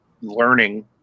learning